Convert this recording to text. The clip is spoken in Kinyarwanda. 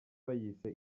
bayise